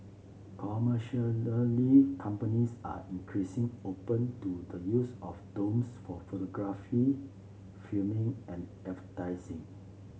companies are increasing open to the use of drones for photography filming and